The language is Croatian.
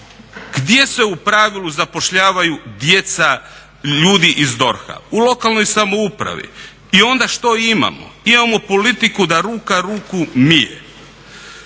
Gdje se u pravilu zapošljavaju djeca ljudi iz DORH-a? U lokalnoj samoupravi. I onda što imamo? Imamo politiku "Da ruka ruku mije."